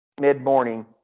mid-morning